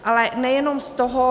Ale nejenom z toho.